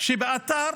כשבאתר